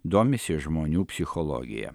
domisi žmonių psichologija